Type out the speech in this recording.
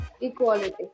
Equality